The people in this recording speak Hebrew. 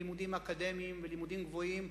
לימודים אקדמיים ולימודים גבוהים,